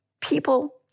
People